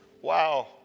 wow